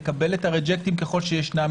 לקבל את ההתנגדויות ככל שישנן.